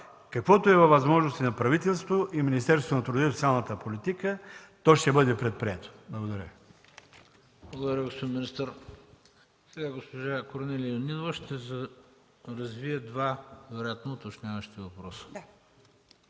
каквото е във възможностите на правителството и на Министерството на труда и социалната политика, ще бъде предприето. Благодаря.